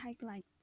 highlights